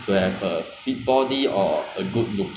unless you talking about height lah but that [one] nevermind lah then